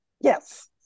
Yes